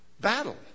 battle